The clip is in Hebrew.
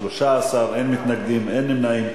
אין נמנעים.